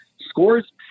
scores